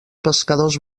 pescadors